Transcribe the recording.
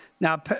Now